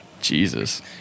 Jesus